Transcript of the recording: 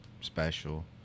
special